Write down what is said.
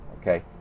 okay